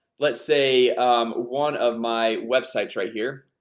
let's say one of my websites right here